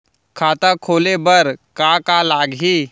खाता खोले बार का का लागही?